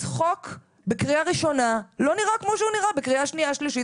חוק בקריאה ראשונה לא נראה כמו שהוא נראה בקריאה שנייה ושלישית,